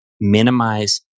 minimize